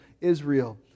Israel